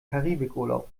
karibikurlaub